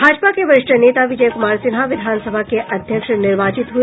भाजपा के वरिष्ठ नेता विजय क्रमार सिन्हा विधानसभा के अध्यक्ष निर्वाचित हुए